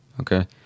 Okay